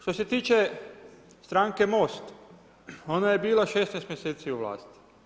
Što se tiče stranke MOST, ona je bila 16 mjeseci u vlasti.